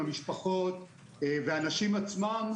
המשפחות והאנשים עצמם,